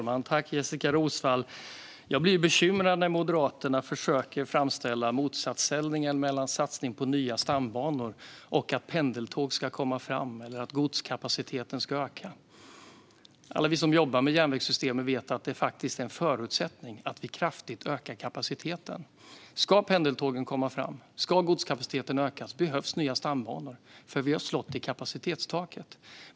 Fru talman! Jag blir bekymrad när Moderaterna försöker framställa en motsatsställning mellan satsningar på nya stambanor och att pendeltåg ska komma fram eller att godskapaciteten ska öka. Alla vi som jobbar med järnvägssystemen vet att det faktiskt är en förutsättning att vi kraftigt ökar kapaciteten. Om pendeltågen ska komma fram och godskapaciteten ska öka behöver vi nya stambanor, för vi har slagit i kapacitetstaket.